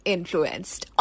Influenced